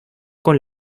con